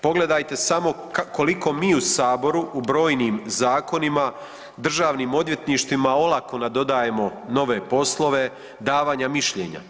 Pogledajte samo koliko mi u Saboru u brojnim zakonima, državnim odvjetništvima olako nadodajemo nove poslove davanja mišljenja.